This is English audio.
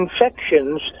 infections